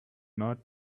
not